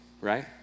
right